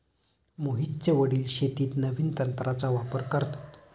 मोहितचे वडील शेतीत नवीन तंत्राचा वापर करतात